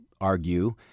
argue